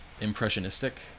impressionistic